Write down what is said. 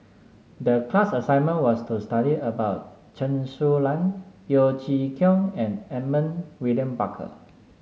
the class assignment was to study about Chen Su Lan Yeo Chee Kiong and Edmund William Barker